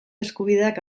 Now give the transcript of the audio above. eskubideak